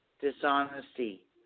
dishonesty